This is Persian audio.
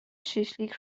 شیشلیک